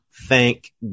Thank